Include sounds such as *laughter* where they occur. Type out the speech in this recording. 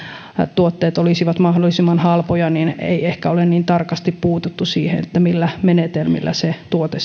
tuotteet olisivat mahdollisimman halpoja niin ei ehkä ole niin tarkasti puututtu siihen millä menetelmillä se tuote *unintelligible*